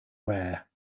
rare